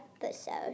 episode